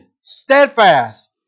steadfast